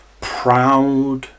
proud